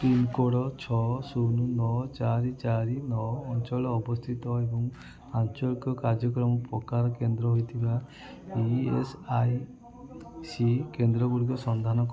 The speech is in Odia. ପିନ୍କୋଡ଼୍ ଛଅ ଶୂନୁ ନଅ ଚାରି ଚାରି ନଅ ଅଞ୍ଚଳରେ ଅବସ୍ଥିତ ଏବଂ ଆଞ୍ଚଳିକ କାର୍ଯ୍ୟାଳୟ ପ୍ରକାର କେନ୍ଦ୍ର ହୋଇଥିବା ଇ ଏସ୍ ଆଇ ସି କେନ୍ଦ୍ର ଗୁଡ଼ିକର ସନ୍ଧାନ କ